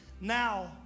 Now